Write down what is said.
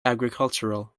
agricultural